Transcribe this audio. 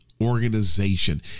organization